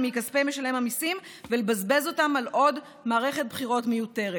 מכספי משלם המיסים ולבזבז אותם על עוד מערכת בחירות מיותרת.